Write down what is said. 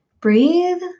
breathe